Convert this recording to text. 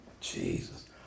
Jesus